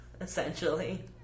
essentially